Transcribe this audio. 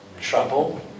trouble